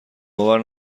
باور